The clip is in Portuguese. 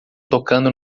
tocando